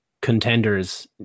Contenders